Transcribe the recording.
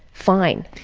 fine.